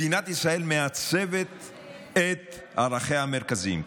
מדינת ישראל מעצבת את ערכיה המרכזיים,